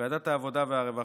בוועדת העבודה והרווחה,